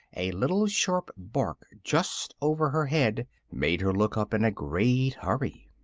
a little sharp bark just over her head made her look up in a great hurry.